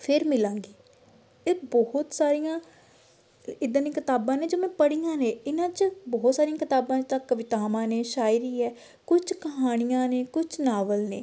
ਫਿਰ ਮਿਲਾਂਗੀ ਇਹ ਬਹੁਤ ਸਾਰੀਆਂ ਇੱਦਾਂ ਦੀਆਂ ਕਿਤਾਬਾਂ ਨੇ ਜੋ ਮੈਂ ਪੜ੍ਹੀਆਂ ਨੇ ਇਹਨਾਂ 'ਚ ਬਹੁਤ ਸਾਰੀਆਂ ਕਿਤਾਬਾਂ ਤਾਂ ਕਵਿਤਾਵਾਂ ਨੇ ਸ਼ਾਇਰੀ ਹੈ ਕੁਝ ਕਹਾਣੀਆਂ ਨੇ ਕੁਝ ਨਾਵਲ ਨੇ